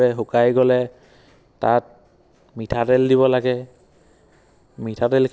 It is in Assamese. মই মানে roll pizza chicken leg piece আদি অৰ্ডাৰ কৰিম বুলি ভাবিছোঁ